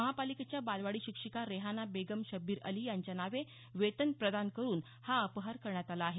महापालिकेच्या बालवाडी शिक्षिका रेहाना बेगम शब्बीर अली यांच्या नावे वेतन प्रदान करून हा अपहार करण्यात आला आहे